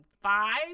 five